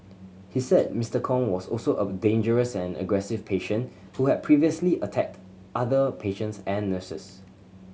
he said Mister Kong was also a dangerous and aggressive patient who had previously attacked other patients and nurses